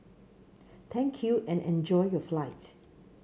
thank you and enjoy your flight